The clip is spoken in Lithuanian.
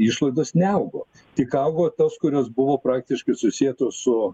išlaidos neaugo tik augo tos kurios buvo praktiškai susietos su